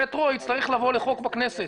המטרו יצטרך לבוא לחוק בכנסת,